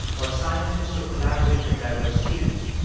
or scientists who collaborate with diverse teams,